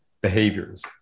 behaviors